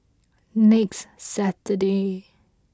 next Saturday